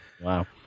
Wow